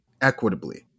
equitably